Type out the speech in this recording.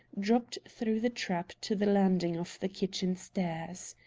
dropped through the trap to the landing of the kitchen stairs.